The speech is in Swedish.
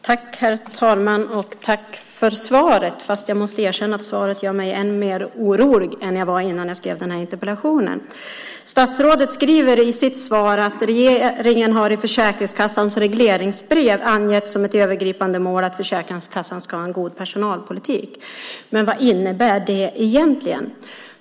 Herr talman! Tack för svaret! Men jag måste erkänna att svaret gör mig än mer orolig än jag var innan jag skrev interpellationen. Statsrådet skriver i sitt svar att "regeringen har i Försäkringskassans regleringsbrev angett som ett övergripande mål att Försäkringskassan ska ha en god personalpolitik". Men vad innebär det egentligen?